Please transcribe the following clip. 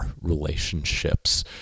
relationships